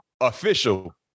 official